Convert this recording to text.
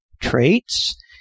traits